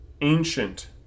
ancient